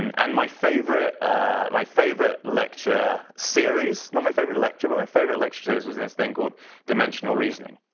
and and my favorite and my favorite lecture series, not my favorite lecture but my favorite lecture series was in this thing called dimensional reasoning.